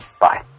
Bye